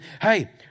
hey